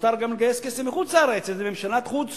מותר גם לגייס כסף מחוץ-לארץ, איזו ממשלת חוץ